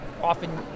often